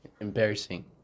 embarrassing